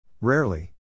Rarely